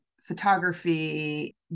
photography